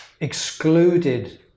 excluded